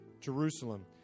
Jerusalem